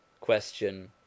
Question